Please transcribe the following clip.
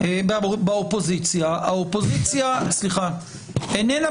באופוזיציה, האופוזיציה איננה